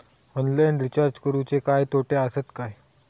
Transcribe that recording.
Online recharge करुचे काय तोटे आसत काय?